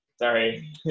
Sorry